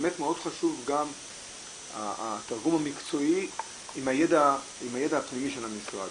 באמת מאוד חשוב גם התרגום המקצועי עם הידע הפנימי של המשרד.